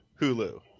Hulu